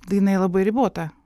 tai jinai labai ribota